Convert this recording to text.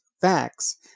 facts